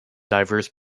diverse